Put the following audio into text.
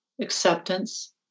acceptance